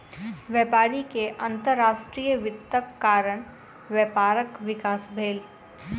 व्यापारी के अंतर्राष्ट्रीय वित्तक कारण व्यापारक विकास भेल